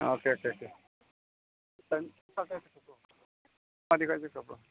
okay okay okay ꯃꯥꯗꯤ ꯀꯥꯏ ꯆꯠꯈ꯭ꯔꯕ꯭ꯔꯣ